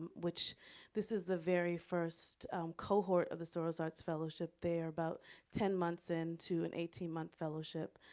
which this is the very first cohort of the soros arts fellowship. they are about ten months into an eighteen month fellowship,